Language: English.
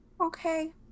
Okay